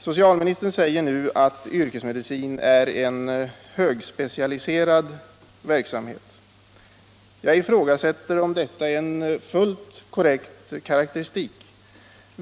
Socialministern säger nu att yrkesmedicin är en högspecialiserad verksamhet. Jag ifrågasätter om detta är en fullt korrekt karakteristik.